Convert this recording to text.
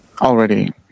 already